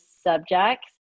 subjects